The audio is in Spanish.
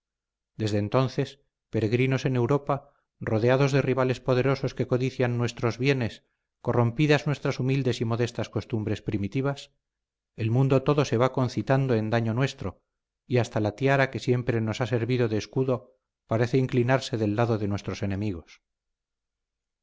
desde entonces peregrinos en europa rodeados de rivales poderosos que codician nuestros bienes corrompidas nuestras humildes y modestas costumbres primitivas el mundo todo se va concitando en daño nuestro y hasta la tiara que siempre nos ha servido de escudo parece inclinarse del lado de nuestros enemigos